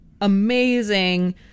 amazing